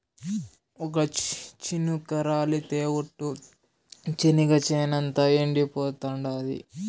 ఒక్క చినుకు రాలితె ఒట్టు, చెనిగ చేనంతా ఎండిపోతాండాది